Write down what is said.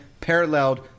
paralleled